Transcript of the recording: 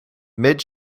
mid